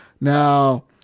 now